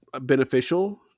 beneficial